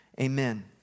amen